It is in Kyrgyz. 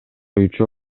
үчөө